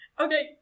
Okay